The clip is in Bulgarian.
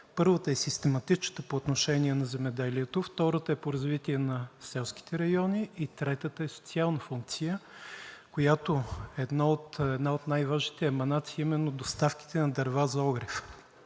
първата е систематичната по отношение на земеделието, втората е по развитие на селските райони и третата е социалната функция, в която една от най-важните еманации е именно доставката на дърва за огрев.